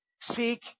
seek